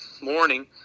morning